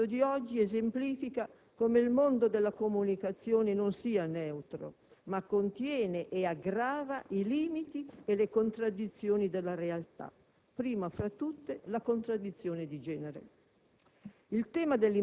Il nostro dibattito di oggi esemplifica come il mondo della comunicazione non sia neutro, ma contiene e aggrava i limiti e le contraddizioni della realtà, prima fra tutte la contraddizione di genere.